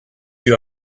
you